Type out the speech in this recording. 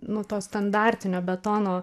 nu to standartinio betono